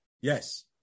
Yes